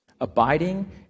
abiding